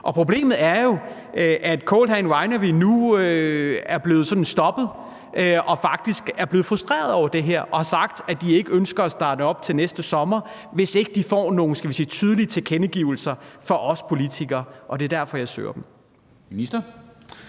Problemet er jo, at Cold Hand Winery nu er blevet stoppet og faktisk er blevet frustrerede over det her og har sagt, at de ikke ønsker at starte op til næste sommer, hvis de ikke får nogle tydelige tilkendegivelser fra os politikere. Det er derfor, jeg spørger til